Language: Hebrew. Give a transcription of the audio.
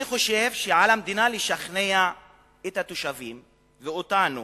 אני חושב שעל המדינה לשכנע את התושבים ואותנו